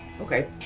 okay